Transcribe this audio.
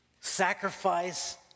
sacrifice